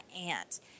aunt